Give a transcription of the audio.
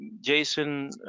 Jason